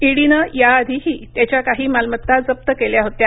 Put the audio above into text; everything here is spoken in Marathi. ईडीनं याधीही त्याच्या काही मालमत्ता जप्त केल्या होत्या